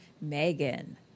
Megan